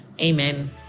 Amen